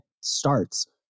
starts